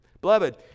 beloved